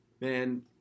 man